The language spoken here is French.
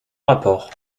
rapport